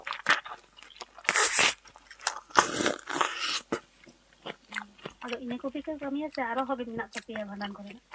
ᱦᱩᱸ ᱟᱫᱚ ᱤᱱᱟᱹ ᱠᱚᱜᱮᱯᱮ ᱠᱟᱹᱢᱤᱭᱟ ᱥᱮ ᱟᱨᱚ ᱢᱮᱱᱟᱜ ᱛᱟᱯᱮᱭᱟ ᱵᱷᱟᱸᱰᱟᱱ ᱨᱮᱱᱟᱜ